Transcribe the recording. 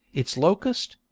its locust,